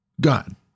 God